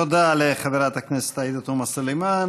תודה לחברת הכנסת עאידה תומא סלימאן.